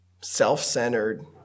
self-centered